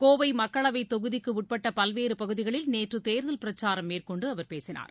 கோவை மக்களவை தொகுதிக்குட்பட்ட பல்வேறு பகுதிகளில் நேற்று தேர்தல் பிரச்சாரம் மேற்கொண்டு அவர் பேசினார்